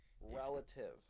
Relative